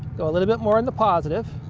go a little bit more in the positive